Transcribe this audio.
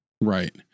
Right